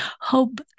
Hope